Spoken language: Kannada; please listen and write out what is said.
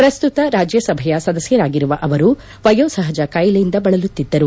ಪ್ರಸ್ತುತ ರಾಜ್ಯಸಭೆಯ ಸದಸ್ಯರಾಗಿರುವ ಅವರು ವಯೋ ಸಹಜ ಕಾಯಿಲೆಯಿಂದ ಬಳಲುತ್ತಿದ್ದರು